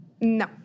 No